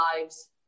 lives